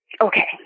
okay